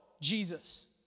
Jesus